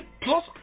plus